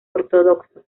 ortodoxo